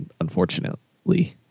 unfortunately